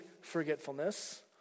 forgetfulness